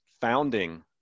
founding